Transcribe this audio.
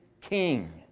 king